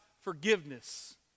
forgiveness